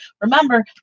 remember